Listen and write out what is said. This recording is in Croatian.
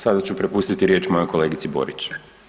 Sada ću prepustiti riječ mojoj kolegici Borić.